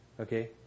Okay